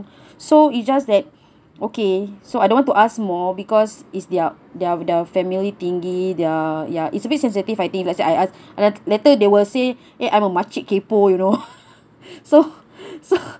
so it's just that okay so I don't want to ask more because is their their their family thingy their ya it's a bit sensitive I think let's say I I later they will say eh I'm a makcik kaypoh you know so so